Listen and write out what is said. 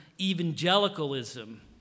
evangelicalism